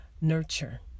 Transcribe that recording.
nurture